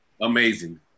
Amazing